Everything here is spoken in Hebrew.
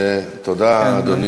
לא.